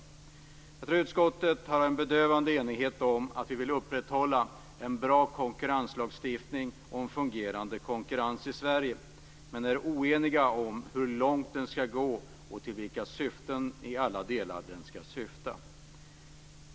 Jag tror att det i utskottet finns en bedövande enighet kring viljan att upprätthålla en bra konkurrenslagstiftning och en fungerande konkurrens i Sverige men vi är oeniga om hur långt lagstiftningen skall gå och vad den i alla delar skall syfta till.